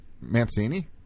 Mancini